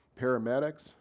paramedics